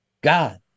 God